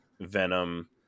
Venom